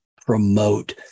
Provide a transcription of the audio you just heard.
promote